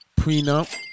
prenup